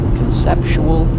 conceptual